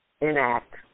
Enact